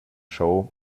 show